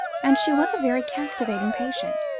and she was a very captivating patient.